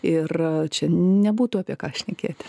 ir čia nebūtų apie ką šnekėti